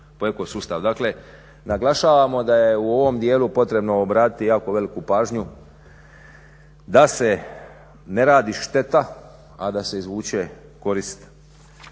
Dakle naglašavamo da je u ovom dijelu potrebno odraditi jako veliku pažnju da se ne radi šteta a da se izvuče korist.